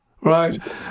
Right